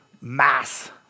mass